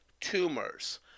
tumors